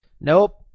Nope